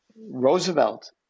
Roosevelt